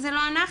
וזה לא אנחנו".